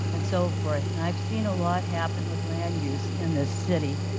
and so forth, and i have seen a lot happened with land-use in this city.